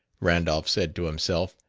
randolph said to himself.